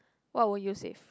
what would you save